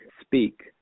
speak